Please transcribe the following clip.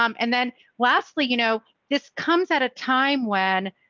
um and then lastly, you know, this comes at a time when